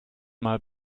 mal